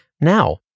now